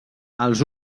els